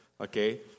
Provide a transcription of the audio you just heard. Okay